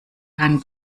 keinen